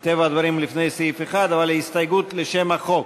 מרב מיכאלי, איתן כבל,